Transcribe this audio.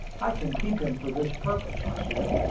i can keep him for this purpose, i said.